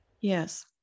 Yes